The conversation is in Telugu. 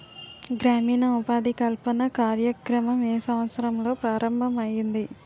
గ్రామీణ ఉపాధి కల్పన కార్యక్రమం ఏ సంవత్సరంలో ప్రారంభం ఐయ్యింది?